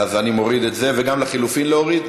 אז אני מוריד את זה, וגם לחלופין להוריד?